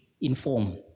inform